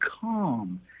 calm